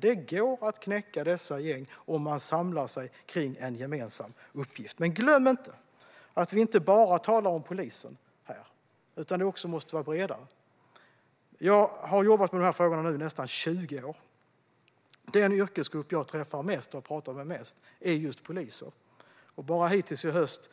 Det går att knäcka dessa gäng om man samlar sig kring en gemensam uppgift. Men glöm inte att vi inte bara talar om polisen. Det måste vara bredare. Jag har jobbat med dessa frågor i nästan 20 år. Den yrkesgrupp jag träffar mest och har pratat med mest är just polisen. Bara hittills i höst